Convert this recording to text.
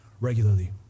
regularly